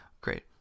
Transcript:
great